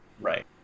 Right